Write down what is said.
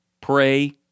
pray